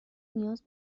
نیاز